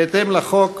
בהתאם לחוק,